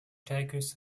takers